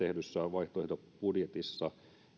vaihtoehtobudjetissa